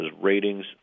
ratings